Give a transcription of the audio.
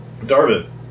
Darvin